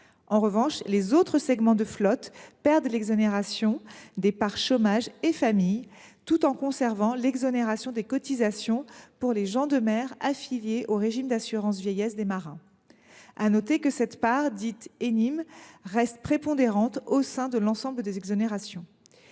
En revanche, les autres segments de flotte perdent l’exonération des parts « chômage » et « famille », tout en conservant l’exonération des cotisations pour les gens de mer affiliés au régime d’assurance vieillesse des marins. Il est à noter que cette dernière part, dite Enim, reste prépondérante au sein de l’ensemble des exonérations.